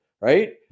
right